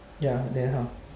ya then how